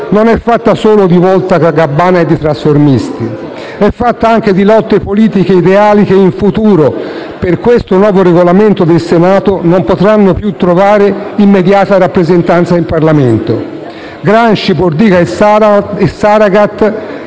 non è fatta solo di voltagabbana o di trasformisti: è fatta anche di lotte politiche ideali che in futuro, per questo nuovo Regolamento del Senato, non potranno più trovare immediata rappresentanza in Parlamento. Gramsci, Bordiga e Saragat